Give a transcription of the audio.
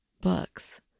books